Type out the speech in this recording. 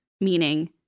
meaning